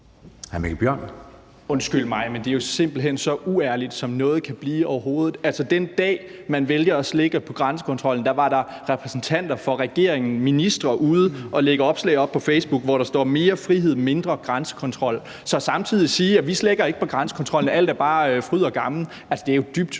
det er jo simpelt hen så uærligt, som noget overhovedet kan blive. Altså, den dag man valgte at slække på grænsekontrollen, var der repræsentanter for regeringen, ministre, ude at lægge opslag op på Facebook, hvor der står: Mere frihed, mindre grænsekontrol. Så samtidig at sige, at man ikke slækker på grænsekontrollen, og at alt bare er fryd og gammen, er jo dybt,